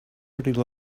already